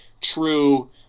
true